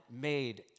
made